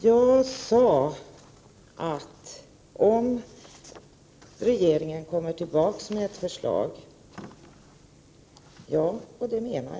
Jag sade tidigare ”om regeringen kommer tillbaka med ett förslag” — vilket jag också menar.